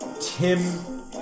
Tim